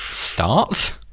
Start